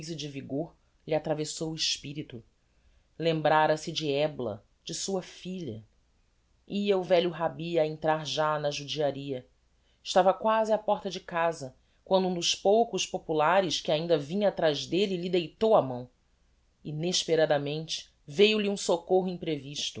de vigor lhe atravessou o espirito lembrara se de ebla de sua filha ia o velho rabbi a entrar já na judiaria estava quasi á porta de casa quando um dos poucos populares que ainda vinha atraz d'elle lhe deitou a mão inesperadamente veiu-lhe um soccorro imprevisto